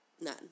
None